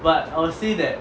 but I'll say that